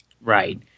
Right